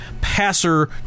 passer